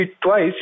twice